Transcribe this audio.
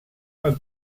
are